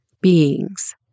beings